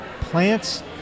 plants